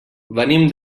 venim